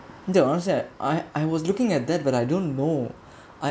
yeah honestly I I was looking at that but I don't know I